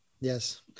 Yes